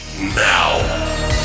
now